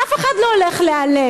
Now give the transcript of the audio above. אף אחד לא הולך להיעלם.